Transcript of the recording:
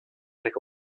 pick